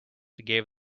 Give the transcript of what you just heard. gave